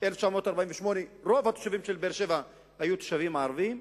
1948 רוב התושבים של באר-שבע היו תושבים ערבים.